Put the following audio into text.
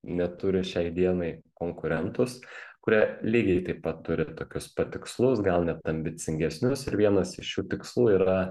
neturi šiai dienai konkurentus kurie lygiai taip pat turi tokius pat tikslus gal net ambicingesnius ir vienas iš jų tikslų yra